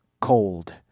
cold